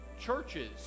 churches